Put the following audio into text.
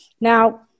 Now